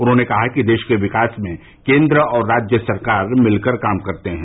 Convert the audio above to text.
उन्होंने कहा कि देश के विकास में केन्द्र और राज्य सरकार मिलकर काम करते हैं